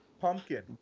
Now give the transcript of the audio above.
Pumpkin